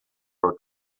her